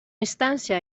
instància